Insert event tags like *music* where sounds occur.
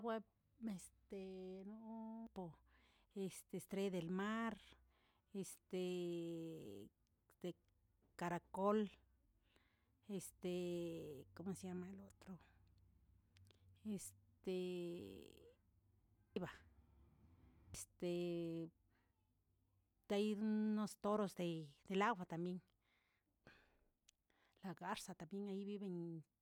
*unintelligible* no hubo estrey del mar, este- te karakol, este ¿como se llama el otro? Este *unintelligible* este tayín unos toros del agua también, lagarzshata tabien allí viven.